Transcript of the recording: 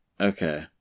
Okay